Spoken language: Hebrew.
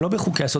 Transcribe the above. הן לא בחוקי היסוד.